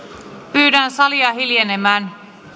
pyydän salia hiljenemään